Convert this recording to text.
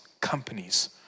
companies